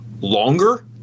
longer